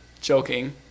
Joking